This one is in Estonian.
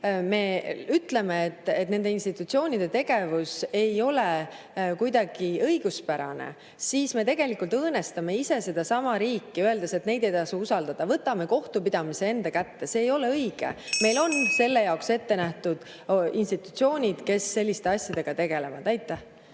me ütleme, et nende institutsioonide tegevus ei ole kuidagi õiguspärane, siis me tegelikult õõnestame ise sedasama riiki, väites, et neid ei tasu usaldada. Võtame kohtupidamise enda kätte – see ei ole õige. Meil on ette nähtud institutsioonid, kes selliste asjadega tegelevad. Jaa,